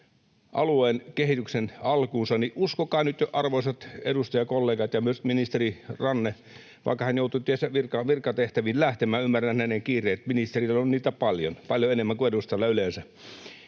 alueen kehityksen alkuunsa, niin uskokaa nyt jo, arvoisat edustajakollegat ja myös ministeri Ranne, vaikka hän joutui tietysti virkatehtäviin lähtemään, ymmärrän hänen kiireet, ministereillä on niitä paljon, paljon enemmän kuin edustajilla yleensä,